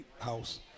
house